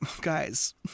guys